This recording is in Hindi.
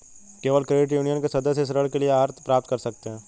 केवल क्रेडिट यूनियन के सदस्य ही ऋण के लिए अर्हता प्राप्त कर सकते हैं